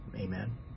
Amen